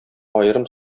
аерым